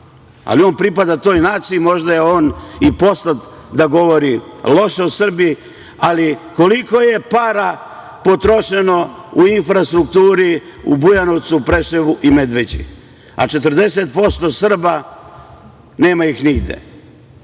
ali on pripada toj naciji, možda je on i poslat da govori loše o Srbiji, ali koliko je para potrošeno u infrastrukturu u Bujanovcu, Preševu i Medveđi, a 40% Srba nema nigde,